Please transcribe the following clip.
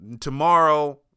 tomorrow